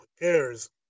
airs